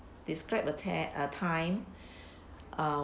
describe a tear a time um